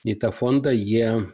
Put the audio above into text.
į tą fondą jie